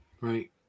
Right